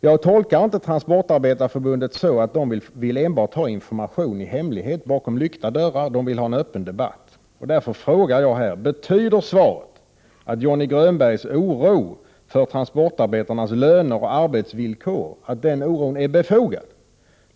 Jag tolkar inte Transportarbetareförbundet så, att man enbart vill ha information i hemlighet bakom lyckta dörrar. Transportarbetareförbundet vill i stället ha en öppen debatt. Därför vill jag fråga: Betyder svaret att Johnny Grönbergs oro för transportarbetarnas löner och arbetsvillkor är befogad?